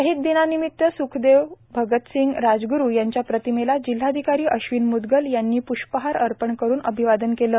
शहिद दिनानिमित्त स्खदेव भगतसिंग राजग्रु यांच्या प्रतिमेस जिल्हाधिकारी अश्विन म्दगल यांनी पृष्पहार अर्पण करुन अभिवादन केले